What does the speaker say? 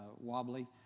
wobbly